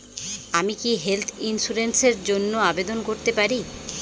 আমি কি health insurance র জন্য আবেদন করতে পারি?